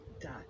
dot